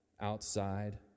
outside